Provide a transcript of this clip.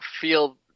feel